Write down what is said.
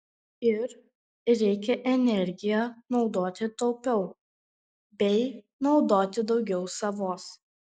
ir reikia energiją naudoti taupiau bei naudoti daugiau savos